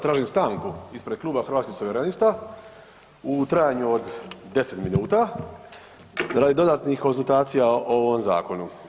Tražim stanku ispred kluba Hrvatskih suverenista u trajanju od deset minuta radi dodatnih konzultacija o ovom zakonu.